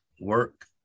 work